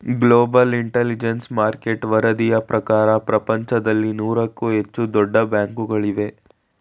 global intelligence market ವರದಿಯ ಪ್ರಕಾರ ಪ್ರಪಂಚದಲ್ಲಿ ನೂರಕ್ಕೂ ಹೆಚ್ಚು ದೊಡ್ಡ ಬ್ಯಾಂಕುಗಳಿವೆ